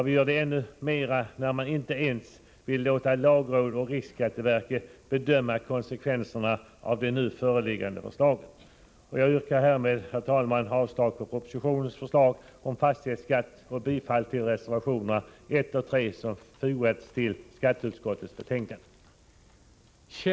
Vi gör det ännu mera nu när regeringen inte ens vill låta lagrådet och riksskatteverket bedöma konsekvenserna av det nu föreliggande förslaget. Jag yrkar härmed, herr talman, avslag på propositionens förslag om fastighetsskatt och bifall till reservationerna 1 och 3 som fogats till skatteutskottets betänkande.